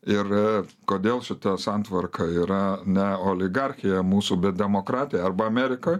ir kodėl šita santvarka yra ne oligarchija mūsų bet demokratija arba amerikoj